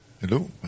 Hello